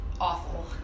awful